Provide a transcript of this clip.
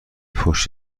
پشت